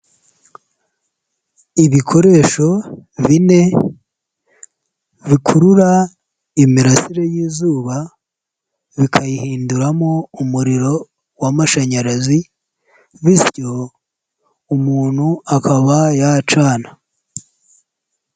Ibikoresho bine bikurura imirasire y'izuba bikayihinduramo umuriro w'amashanyarazi bityo umuntu akaba yacana.